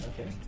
Okay